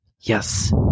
Yes